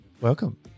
Welcome